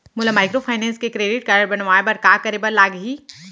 मोला माइक्रोफाइनेंस के credit card बनवाए बर का करे बर लागही?